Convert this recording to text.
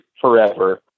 forever